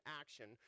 action